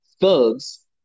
thugs